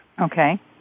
Okay